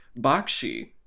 Bakshi